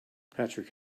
patrick